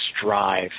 strive